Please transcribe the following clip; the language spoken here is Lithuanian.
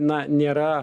na nėra